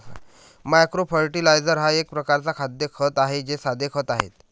micro fertiliser हा एक प्रकारचा खाद्य खत आहे हे साधे खते आहेत